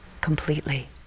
completely